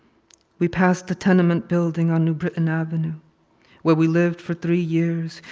we passed the tenement building on new britain avenue where we lived for three years.